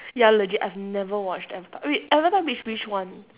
ya legit I've never watch avatar wait avatar which which one